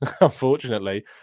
unfortunately